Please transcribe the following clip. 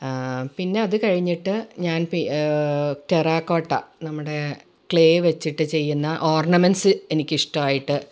പിന്നെ അത് കഴിഞ്ഞിട്ട് ഞാൻ പെ റ്റെറാക്കോട്ട നമ്മുടെ ക്ലേ വെച്ചിട്ട് ചെയ്യുന്ന ഓർണമെൻറ്റ്സ്സ് എനിക്കിഷ്ടവായിട്ട്